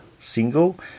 single